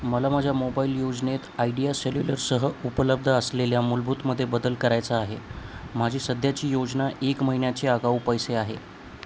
मला माझ्या मोबाईल योजनेत आयडीया सेल्युलर सह उपलब्ध असलेल्या मूलभूतमध्ये बदल करायचा आहे माझी सध्याची योजना एक महिन्याचे आगाऊ पैसे आहे